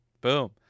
boom